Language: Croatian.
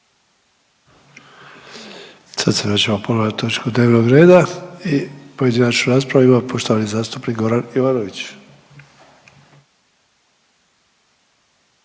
Sad se vraćamo ponovo na točku dnevnog reda i pojedinačnu raspravu ima poštovani zastupnik Goran Ivanović.